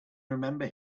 remember